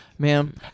Ma'am